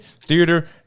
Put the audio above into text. theater